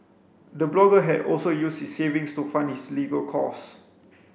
the blogger had also used his savings to fund his legal costs